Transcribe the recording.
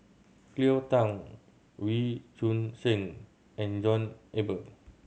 Cleo Thang Wee Choon Seng and John Eber